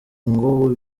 ngo